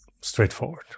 straightforward